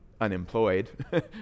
unemployed